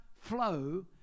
flow